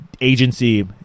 agency